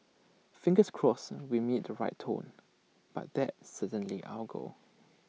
fingers crossed we meet the right tone but that's certainly our goal